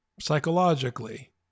psychologically